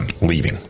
leaving